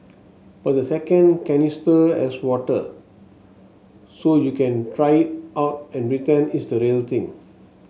but the second canister has water so you can try it out and pretend it's the real thing